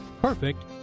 Perfect